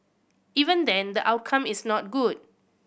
even then the outcome is not good